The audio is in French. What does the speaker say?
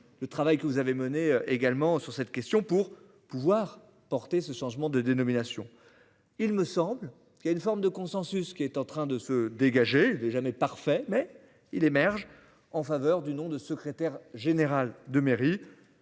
le travail que vous avez menée également sur cette question pour pouvoir porter ce changement de dénomination. Il me semble qu'il y a une forme de consensus qui est en train de se dégager de jamais parfait mais il émerge en faveur du nom de secrétaire général de mairie.